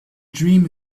dream